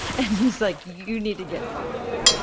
and he's like, you need to get more clothes.